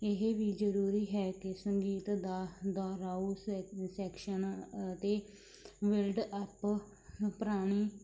ਇਹ ਵੀ ਜ਼ਰੂਰੀ ਹੈ ਕਿ ਸੰਗੀਤ ਦਾ ਦੁਹਰਾਓ ਸੈ ਸੈਕਸ਼ਨ ਅਤੇ ਬਿਲਡ ਅਪ ਪੁਰਾਣੀ